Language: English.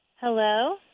Hello